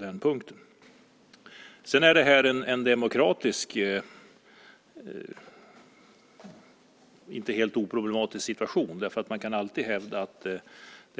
Demokratiskt är det en inte helt oproblematisk situation därför att man alltid kan hävda att